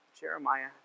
Jeremiah